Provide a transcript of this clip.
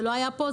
זה לא היה פה,